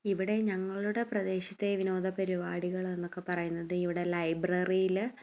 ഇവിടെ ഞങ്ങളുടെ പ്രദേശത്തെ വിനോദ പരിപാടികൾ എന്നൊക്കെ പറയുന്നത് ഇവിടെ ലൈബ്രറിയിൽ